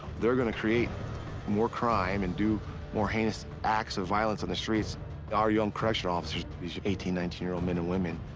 they're gonna create more crime, and do more heinous acts of violence on the streets and our young correctional officers, these eighteen nineteen year old men and women,